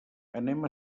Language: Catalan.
anem